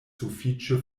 sufiĉe